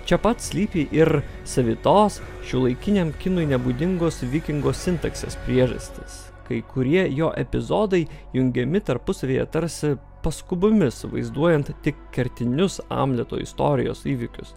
čia pat slypi ir savitos šiuolaikiniam kinui nebūdingos vikingo sintaksės priežastis kai kurie jo epizodai jungiami tarpusavyje tarsi paskubomis vaizduojant tik kertinius amleto istorijos įvykius